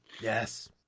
Yes